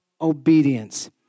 obedience